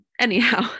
anyhow